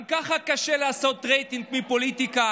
גם ככה קשה לעשות רייטינג מפוליטיקה,